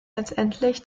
letztlich